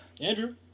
Andrew